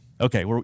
Okay